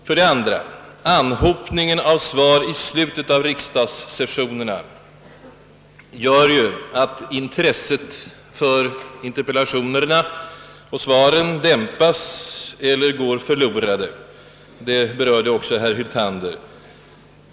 För det andra gör anhopningen av svar i slutet av riksdagssessionerna att intresset för interpellationerna och svaren dämpas eller går förlorat; det berörde också herr Hyltander.